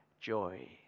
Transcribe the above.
joy